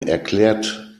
erklärt